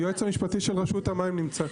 היועץ המשפטי של רשות המים נמצא כאן.